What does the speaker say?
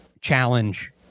challenge